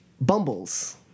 Bumbles